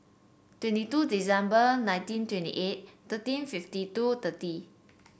twenty two December nineteen twenty eight thirteen fifty two thirty